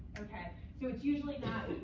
ok? so it's usually not